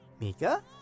Mika